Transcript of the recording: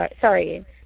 Sorry